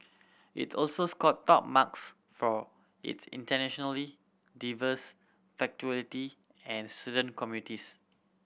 it also scored top marks for its internationally diverse faculty and student communities